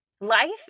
Life